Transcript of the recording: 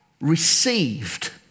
received